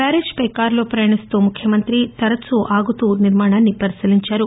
barrage పై కారులో ప్రయాణిస్తూ ఆయన తరచూ ఆగుతూ నిర్మాణాన్ని పరిశీలించారు